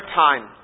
time